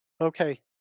okay